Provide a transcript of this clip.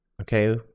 Okay